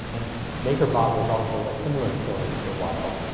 and makerbot was also a similar story for a while.